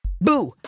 Boo